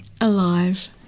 alive